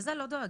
לזה לא דואגים,